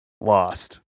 lost